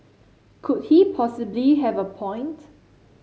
could he possibly have a point